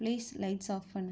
please lights off பண்ணு